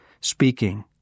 speaking